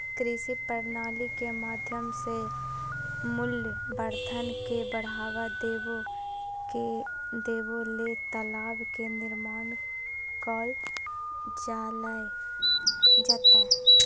कृषि प्रणाली के माध्यम से मूल्यवर्धन के बढ़ावा देबे ले तालाब के निर्माण कैल जैतय